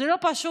זה לא פשוט.